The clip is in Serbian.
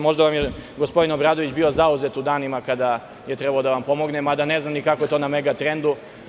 Možda je gospodin Obradović bio zauzet u danima kada je trebalo da vam pomogne, mada ne znam kako je to na Megatrendu.